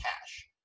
cash